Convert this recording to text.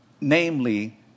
namely